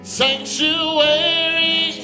sanctuary